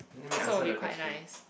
so will be quite nice